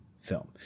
film